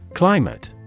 Climate